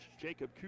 jacob